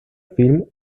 film